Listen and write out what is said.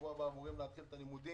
בשבוע הבא אמורים להתחיל את הלימודים,